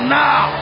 now